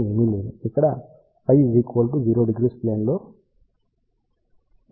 ఇక్కడ φ 00 ప్లేన్ లో Eθ ఉంది